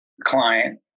client